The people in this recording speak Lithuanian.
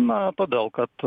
na todėl kad